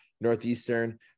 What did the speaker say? Northeastern